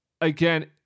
again